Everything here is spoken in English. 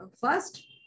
first